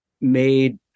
made